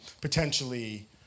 potentially